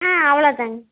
ஆ அவ்வளோதாங்